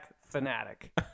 fanatic